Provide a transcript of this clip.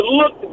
look